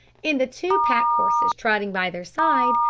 and the two pack-horses trotting by their side,